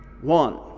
one